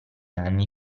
anni